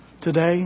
today